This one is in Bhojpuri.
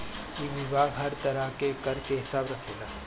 इ विभाग हर तरह के कर के हिसाब रखेला